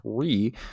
three